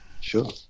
Sure